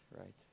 right